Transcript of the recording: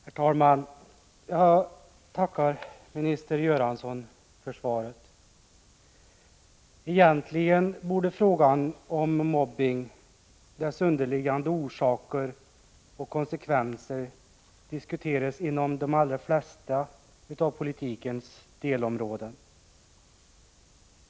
Herr talman! Jag tackar statsrådet Göransson för svaret. Egentligen borde frågan om mobbning, dess underliggande orsaker och konsekvenser diskuteras inom de allra flesta av politikens delområden.